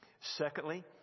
Secondly